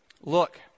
Look